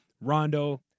Rondo